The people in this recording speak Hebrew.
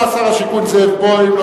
לא בא שר השיכון זאב בוים,